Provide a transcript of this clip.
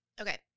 Okay